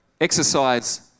exercise